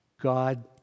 God